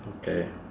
okay